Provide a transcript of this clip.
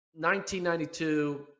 1992